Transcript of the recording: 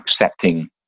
accepting